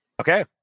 Okay